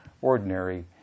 ordinary